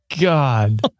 God